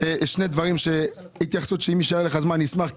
שני דברים להתייחסות אם יישאר לך זמן נשמח,